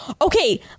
Okay